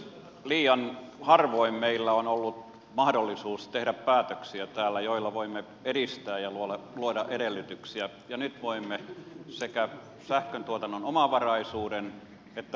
liian harvoin meillä on ollut mahdollisuus tehdä täällä päätöksiä joilla voimme edistää sekä sähköntuotannon omavaraisuutta että huoltovarmuutta ja luoda niille edellytyksiä ja nyt voimme tehdä